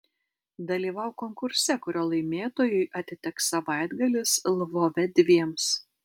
dalyvauk konkurse kurio laimėtojui atiteks savaitgalis lvove dviems